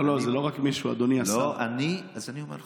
לא לא, זה לא רק